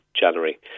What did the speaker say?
January